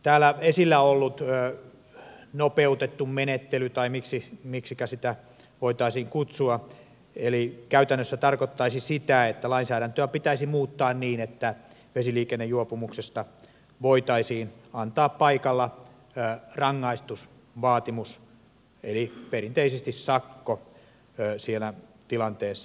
täällä esillä ollut nopeutettu menettely tai miksikä sitä voitaisiin kutsua käytännössä tarkoittaisi sitä että lainsäädäntöä pitäisi muuttaa niin että vesiliikennejuopumuksesta voitaisiin antaa paikalla rangaistusvaatimus eli perinteisesti sakko siellä tilanteessa